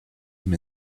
him